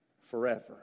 forever